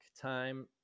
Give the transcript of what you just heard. time